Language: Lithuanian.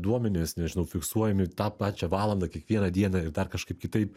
duomenys nežinau fiksuojami tą pačią valandą kiekvieną dieną ir dar kažkaip kitaip